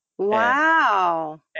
wow